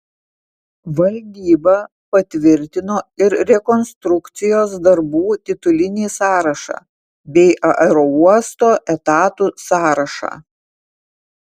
valdyba patvirtino ir rekonstrukcijos darbų titulinį sąrašą bei aerouosto etatų sąrašą